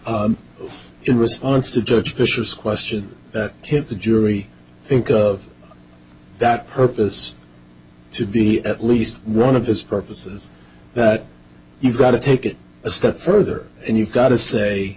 that it was on to judge vicious question hit the jury think of that purpose to be at least one of his purposes but you've got to take it a step further and you've got to say